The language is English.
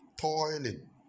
Toiling